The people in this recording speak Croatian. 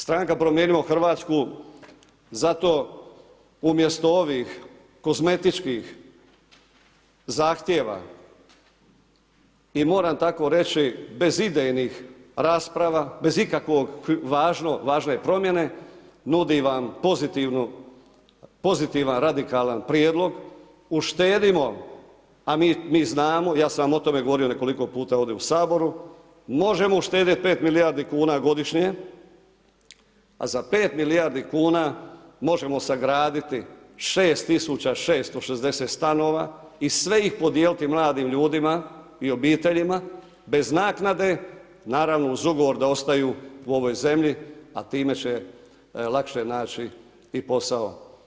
Stranka Promijenimo Hrvatsku zato umjesto ovih kozmetičkih zahtjeva i moram tako reći, bez idejnih rasprava, bez ikakvog važne promjene, nudi vam pozitivan radikalan prijedlog, uštedimo, a mi znamo, ja sam vam o tome govorio nekoliko puta ovdje u Saboru, možemo uštedjeti 5 milijardi kuna godišnje, a za 5 milijardi kuna možemo sagraditi 6660 stanova i sve ih podijeliti mladim ljudima i obiteljima bez naknade, naravno uz ugovor da ostaju u ovoj zemlji, a time će lakše naći i posao.